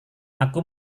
aku